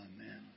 amen